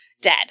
dead